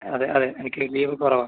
അതെ അതെ എനിക്ക് ലീവ് കുറവാണ്